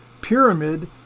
pyramid